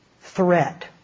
threat